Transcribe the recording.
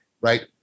right